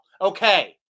Okay